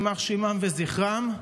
יימח שמם וזכרם.